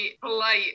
polite